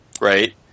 right